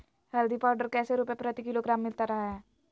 हल्दी पाउडर कैसे रुपए प्रति किलोग्राम मिलता रहा है?